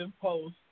Post